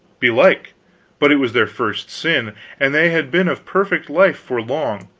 belike but it was their first sin and they had been of perfect life for long,